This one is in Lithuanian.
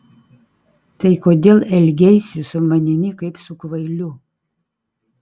tai kodėl elgeisi su manimi kaip su kvailiu